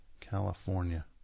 California